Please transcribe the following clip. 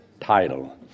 title